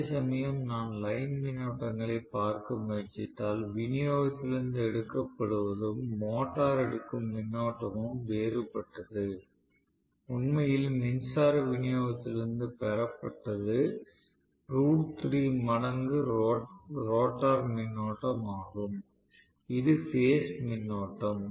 அதேசமயம் நான் லைன் மின்னோட்டங்களை பார்க்க முயற்சித்தால் விநியோகத்திலிருந்து எடுக்கப்படுவதும் மோட்டார் எடுக்கும் மின்னோட்டமும் வேறுபட்டது உண்மையில் மின்சார விநியோகத்திலிருந்து பெறப்பட்டது ரூட் 3 மடங்கு மோட்டார் மின்னோட்டம் ஆகும் இது பேஸ் மின்னோட்டம்